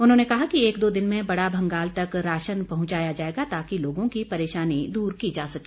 उन्होंने कहा कि एक दो दिन में बड़ा भंगाल तक राशन पहुंचाया जाएगा ताकि लोगों की परेशानी दूर की जा सके